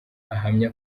ahamya